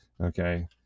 okay